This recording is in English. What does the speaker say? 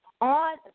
on